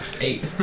eight